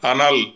Anal